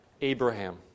Abraham